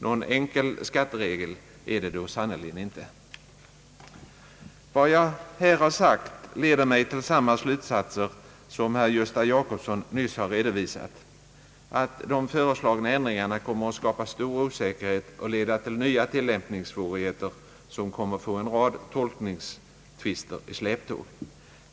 Någon enkel skatteregel är det sannerligen inte. Vad jag här har sagt leder mig till samma slutsatser som herr Gösta Jacobsson nyss har redovisat, nämligen att de föreslagna ändringarna kommer att skapa stor osäkerhet och leda till nya tilllämpningssvårigheter, som kommer att få en rad tolkningstvister i släptåg.